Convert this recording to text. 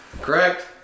Correct